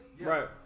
Right